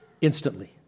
Instantly